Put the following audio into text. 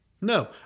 No